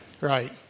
Right